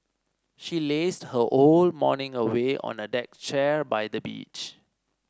she lazed her whole morning away on a deck chair by the beach